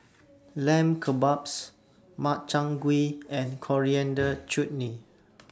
Lamb Kebabs Makchang Gui and Coriander Chutney